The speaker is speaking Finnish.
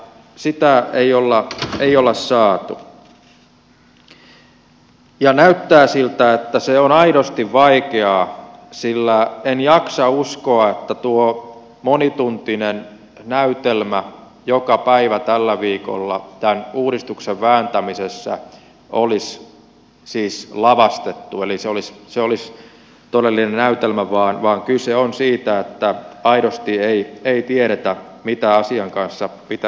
sitä ei ole saatu ja näyttää siltä että sen tuominen on aidosti vaikeaa sillä en jaksa uskoa että tuo monituntinen näytelmä joka päivä tällä viikolla tämän uudistuksen vääntämisessä olisi lavastettu ja olisi siis todellinen näytelmä vaan kyse on siitä että aidosti ei tiedetä mitä asian kanssa pitäisi tehdä